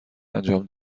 انجام